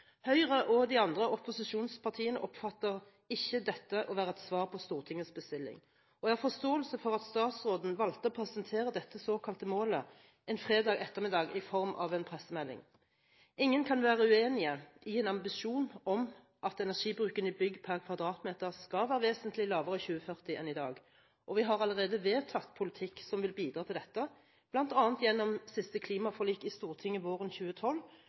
Høyre og de andre opposisjonspartiene oppfatter ikke dette som et svar på Stortingets bestilling, og jeg har forståelse for at statsråden valgte å presentere dette såkalte målet i form av en pressemelding en fredag ettermiddag. Ingen kan være uenig i en ambisjon om at energibruken i bygg per kvadratmeter skal være vesentlig lavere i 2040 enn i dag, og vi har allerede vedtatt en politikk som vil bidra til dette, bl.a. gjennom det siste klimaforliket i Stortinget våren 2012,